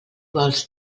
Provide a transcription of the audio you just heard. vols